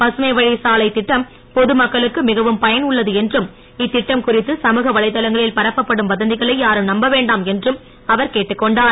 பசுமைவழிச்சாலை திட்டம் பொது மக்களுக்கு மிகவும் பயன் உள்ளது என்றும் இத்திட்டம் குறித்து சமூக வலைதளங்களில் பரப்பப்படும் வதந்திகளை யாரும் நம்ப வேண்டாம் என்றும் அவர் கேட்டுக் கொண்டார்